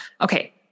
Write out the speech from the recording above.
Okay